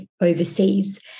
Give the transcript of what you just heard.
overseas